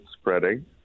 spreading